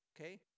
okay